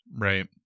Right